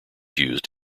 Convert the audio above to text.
used